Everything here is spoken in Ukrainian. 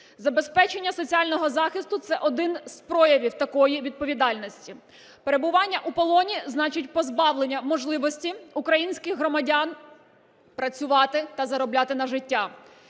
Забезпечення соціального захисту – це один з проявів такої відповідальності. Перебування у полоні значить позбавлення можливості українських громадян працювати та заробляти на життя.